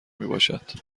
میباشد